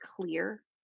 clear